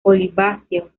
oliváceo